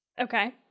Okay